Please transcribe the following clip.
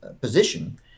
position